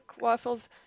waffles